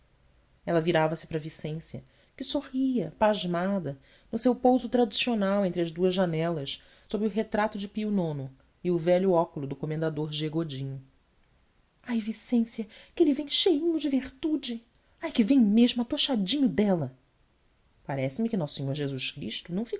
ela virava se para a vicência que sorria pasmada no seu pouso tradicional entre as duas janelas sob o retrato de pio ix e o velho óculo do comendador g godinho ai vicência que ele vem cheinho de virtude ai que vem mesmo atochadinho dela parece-me que nosso senhor jesus cristo